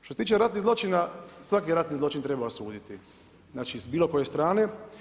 Što se tiče ratnih zločina svaki ratni zločin treba osuditi, znači s bilo koje strane.